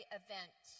event